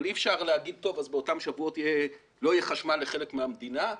אבל אי אפשר לומר שבאותם שבועות לא יהיה חשמל לחלק מהמדינה,